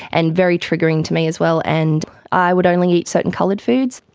and very triggering to me as well. and i would only eat certain coloured foods.